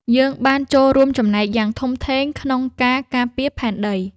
យើងបានចូលរួមចំណែកយ៉ាងធំធេងក្នុងការការពារផែនដី។